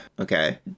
Okay